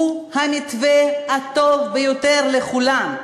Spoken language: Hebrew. הוא המתווה הטוב ביותר לכולם,